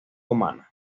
humana